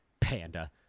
Panda